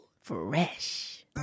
fresh